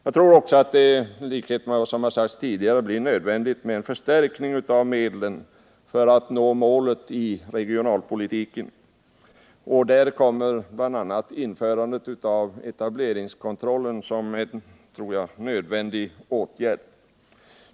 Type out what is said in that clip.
Jag tror också att det — som har sagts tidigare — blir nödvändigt med en förstärkning av medlen för att man skall nå målet i regionalpolitiken. Därvid kommer bl.a. införandet av etableringskontroll att bli en nödvändig åtgärd, tror jag.